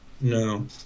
No